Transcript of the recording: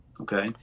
Okay